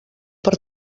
per